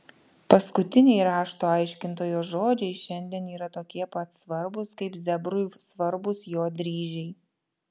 paskutiniai rašto aiškintojo žodžiai šiandien yra tokie pat svarbūs kaip zebrui svarbūs jo dryžiai